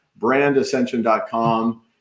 brandascension.com